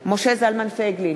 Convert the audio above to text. משה זלמן פייגלין,